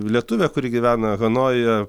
lietuvė kuri gyvena hanojuje